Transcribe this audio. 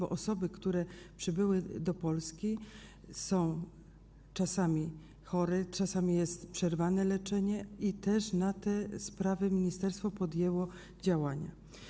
Osoby, które przybyły do Polski, są czasami chore, czasami jest przerwane leczenie i też w tych sprawach ministerstwo podjęło działania.